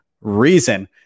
reason